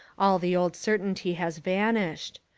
all the old certainty has van ished.